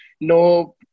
no